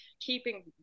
keeping